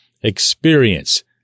experience